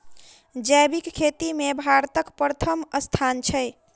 जैबिक खेती मे भारतक परथम स्थान छै